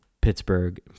Pittsburgh